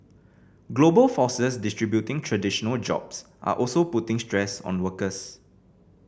global forces disrupting traditional jobs are also putting stress on workers